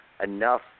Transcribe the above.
enough